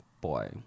boy